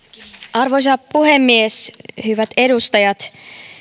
arvoisa puhemies hyvät edustajat